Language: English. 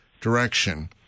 direction